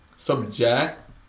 subject